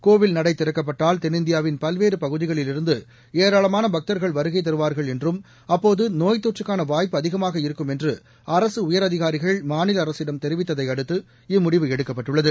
கோவில் நடைதிறக்கப்பட்டால் தென்னிந்தியாவின் பல்வேறுபகுதிகளில் இருந்துஏராளமானபக்தர்கள் வருகைதருவார்கள் என்றும் அப்போது நோய்த்தொற்றுக்கானவாய்ப்பு அதிகமாக இருக்கும் என்றுஅரசுஉயரதிகாரிகள் மாநிலஅரசிடம் தெரிவித்ததைஅடுத்து இம்முடிவு எடுக்கப்பட்டுள்ளது